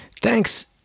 Thanks